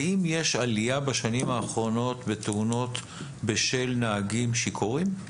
האם יש עלייה בשנים האחרונות בתאונות בשל נהגים שיכורים?